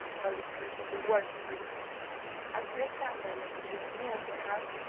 or it will be the worse for you as her chamberlain drew near the house,